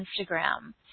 Instagram